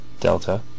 Delta